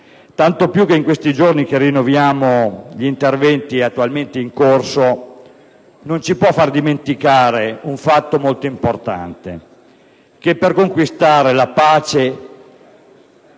tanto più che in questi giorni nei quali rinnoviamo gli interventi attualmente in corso non si può dimenticare un fatto molto importante, ossia che per conquistare la pace